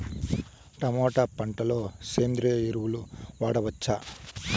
Tomato పంట లో సేంద్రియ ఎరువులు వాడవచ్చా?